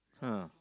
ah